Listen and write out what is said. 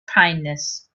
kindness